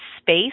space